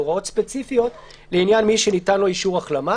הוראות ספציפיות לעניין מי שניתן לו אישור החלמה.